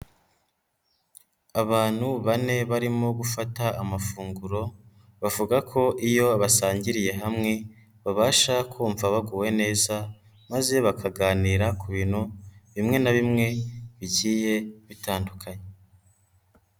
Abantu bane barimo gufata amafunguro, bavuga ko iyo basangiriye hamwe babasha kumva baguwe neza maze bakaganira ku bintu bimwe na bimwe bigiye bitandukanye.